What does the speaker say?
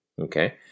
okay